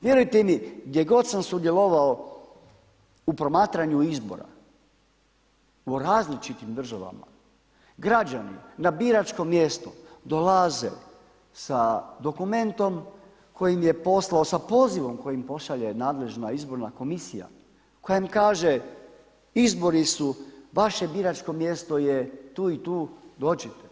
Vjerujte mi, gdje god sam sudjelovao u promatranju izbora, u različitim državama, građani na biračkom mjestu dolaze sa dokumentom koji im je posao, sa pozivom koji im pošalje nadležna izborna komisija koja im kaže, izbori su, vaše biračko mjesto je tu i tu, dođite.